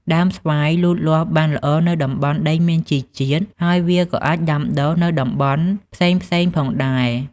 ដើមស្វាយលូតលាស់បានល្អនៅតំបន់ដីមានជីជាតិ ហើយវាក៏អាចដាំដុះបាននៅតាមតំបន់ផ្សេងៗផងដែរ។